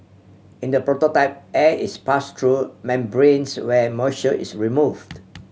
in the prototype air is pass through membranes where moisture is removed